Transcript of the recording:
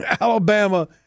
Alabama